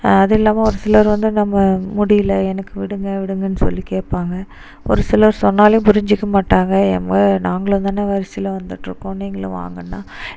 அது இல்லாமல் ஒரு சிலர் வந்து நம்ம முடியலை எனக்கு விடுங்க விடுங்கன்னு சொல்லி கேட்பாங்க ஒரு சிலர் சொன்னாலும் புரிஞ்குக்க மாட்டாங்க ஏங்க நாங்களும் தான வரிசையில் வந்துகிட்டுருக்கோம் நீங்களும் வாங்கன்னால்